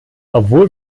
obwohl